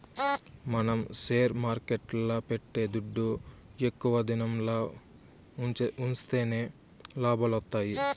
మనం షేర్ మార్కెట్ల పెట్టే దుడ్డు ఎక్కువ దినంల ఉన్సిస్తేనే లాభాలొత్తాయి